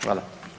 Hvala.